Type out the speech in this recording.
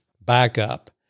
backup